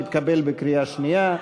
שהתקבל בקריאה שנייה.